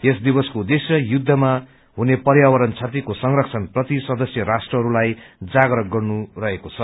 यस दिवसको उद्देश्य युद्धमा हुने पर्यावरण क्षतिको संरक्षणप्रति सदस्य राष्ट्रहरूलाई जागरूक गर्नु रहेको छ